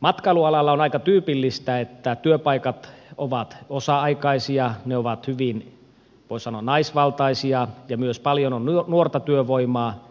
matkailualalla on aika tyypillistä että työpaikat ovat osa aikaisia ne ovat hyvin voi sanoa naisvaltaisia ja myös paljon on nuorta työvoimaa